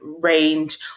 range